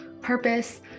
purpose